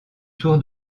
tour